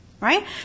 Right